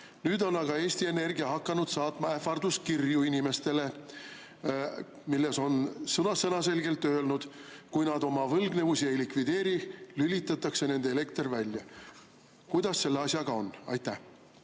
Nüüd on aga Eesti Energia hakanud inimestele saatma ähvarduskirju, milles on sõnaselgelt öeldud, et kui nad oma võlgnevusi ei likvideeri, lülitatakse nende elekter välja. Kuidas selle asjaga on? Aitäh,